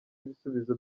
ibisubizo